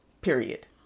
period